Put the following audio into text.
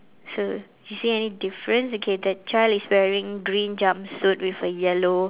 so you see any difference okay the child is wearing green jumpsuit with a yellow